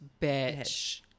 bitch